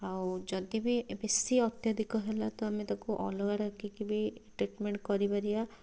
ଆଉ ଯଦି ବି ବେଶୀ ଅତ୍ୟଧିକ ହେଲା ତ ଆମେ ତାକୁ ଅଲଗା ରଖିକି ବି ଟ୍ରିଟମେଣ୍ଟ କରିପାରିବା